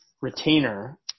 retainer